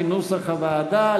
כנוסח הוועדה,